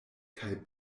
kaj